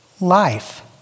life